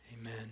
amen